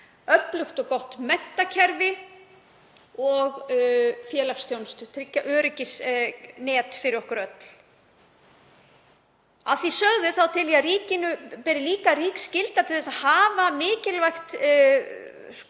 öflugt og gott menntakerfi og félagsþjónustu og tryggja öryggisnet fyrir okkur öll. Að því sögðu tel ég að ríkinu beri líka rík skylda til að hafa mikilvægan